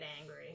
angry